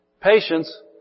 Patience